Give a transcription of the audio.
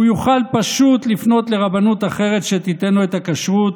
הוא יוכל פשוט לפנות לרבנות אחרת שתיתן לו את הכשרות,